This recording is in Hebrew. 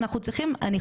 אנחנו צריכים אני חושבת,